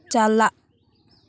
ᱪᱟᱞᱟᱜ